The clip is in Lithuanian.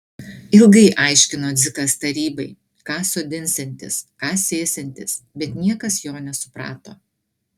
ilgai aiškino dzikas tarybai ką sodinsiantis ką sėsiantis bet niekas jo nesuprato